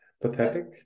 Pathetic